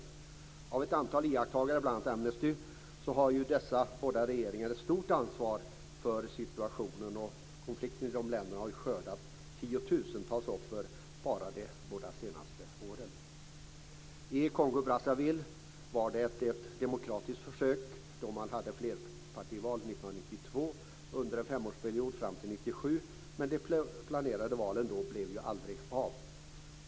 Enligt ett antal iakttagare, bl.a. Amnesty, har dessa båda regeringar ett stort ansvar för situationen. Konflikten i dessa länder har skördat tiotusentals offer bara de båda senaste åren. I Kongo-Brazzaville var det ett "demokratiskt försök" med flerpartival under en femårsperiod från 1992 till 1997, men de planerade valen blev aldrig av.